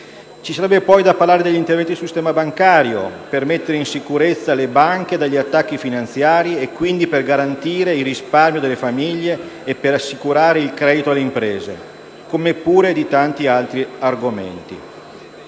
parlare inoltre degli interventi sul sistema bancario per mettere in sicurezza le banche dagli attacchi finanziari e, quindi, garantire il risparmio delle famiglie ed assicurare il credito alle imprese, come pure di tanti altri argomenti.